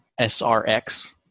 SRX